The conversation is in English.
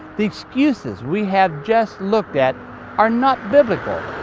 the excuses we have just looked at are not biblical.